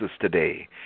today